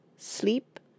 SLEEP